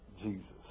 Jesus